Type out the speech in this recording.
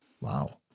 Wow